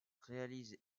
réalise